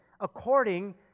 according